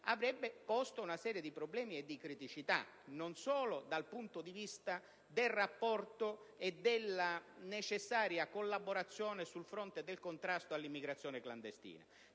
avrebbe posto una serie di problemi e criticità, non solo dal punto di vista del rapporto e della necessaria collaborazione sul fronte del contrasto all'immigrazione clandestina.